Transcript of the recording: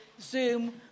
Zoom